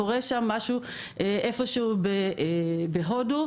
קורה משהו איפה שהוא בהודו,